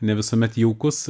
ne visuomet jaukus